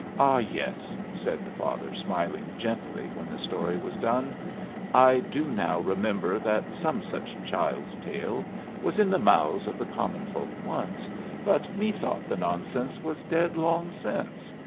ah, yes, said the father, smiling gently when the story was done i do now remember that some such child's tale was in the mouths of the common folk once but methought the nonsense was dead long since.